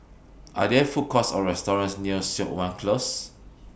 Are There Food Courts Or restaurants near Siok Wan Close